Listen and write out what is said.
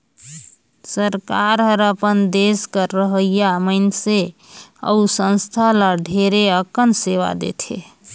सरकार हर अपन देस कर रहोइया मइनसे अउ संस्था ल ढेरे अकन सेवा देथे